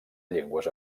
llengües